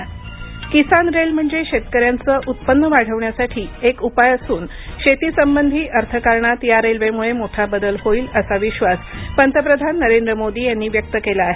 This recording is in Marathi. किसान रेल्वे किसान रेल म्हणजे शेतकऱ्यांचं उत्पन्न वाढविण्यासाठी एक उपाय असून शेतीसंबंधी अर्थकारणात या रेल्वेमुळे मोठा बदल होईल असा विश्वास पंतप्रधान नरेंद्र मोदी यांनी व्यक्त केला आहे